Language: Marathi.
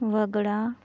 वगळा